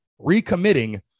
recommitting